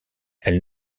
elle